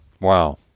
Wow